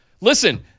Listen